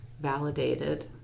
validated